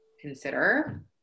consider